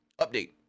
update